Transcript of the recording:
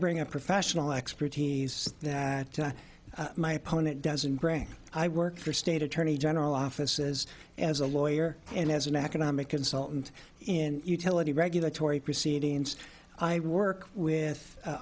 bring up professional expertise that my opponent doesn't bring i work for state attorney general offices as a lawyer and as an economic consultant in utility regulatory proceedings i work with